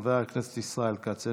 חבר הכנסת ישראל כץ,